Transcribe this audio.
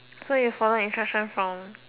so you follow instruction from